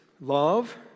love